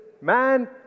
man